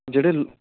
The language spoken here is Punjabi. ਜਿਹੜੇ